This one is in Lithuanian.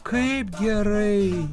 kaip gerai